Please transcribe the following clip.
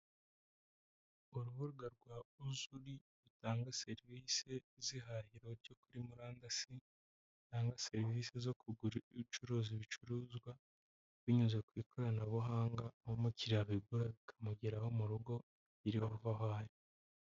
Urubuga rwa ozuri rutanga serivisi zihahi cyo kuri murandasi, rutanga serivisi zo gucuruza ibicuruza ibicuruzwa binyuze ku ikoranabuhanga, aho murikiriya abigura bikamugeraho mu rugo aho ari.